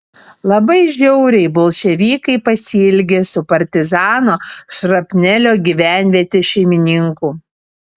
labai žiauriai bolševikai pasielgė su partizano šrapnelio gyvenvietės šeimininku